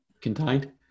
contained